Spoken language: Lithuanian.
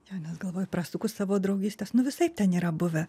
jo nes galvoj prasukus savo draugystes nu visaip ten yra buvę